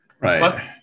Right